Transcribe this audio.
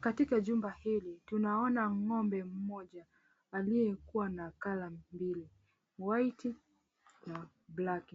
Katika jumba hili tunaona ng'ombe mmoja aliyekuwa na color mbili, white na black .